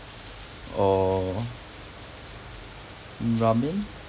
or ramen